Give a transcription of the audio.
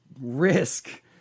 risk